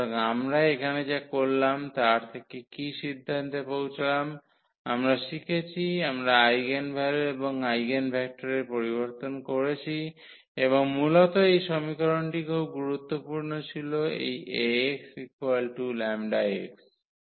সুতরাং আমরা এখানে যা করলাম তার থেকে কি সিদ্ধান্তে পৌঁছলাম আমরা শিখেছি আমরা আইগেনভ্যালু এবং আইগেনভেক্টর এর প্রবর্তন করেছি এবং মূলত এই সমীকরণটি খুব গুরুত্বপূর্ণ ছিল এই 𝐴𝑥 𝜆𝑥